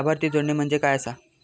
लाभार्थी जोडणे म्हणजे काय आसा?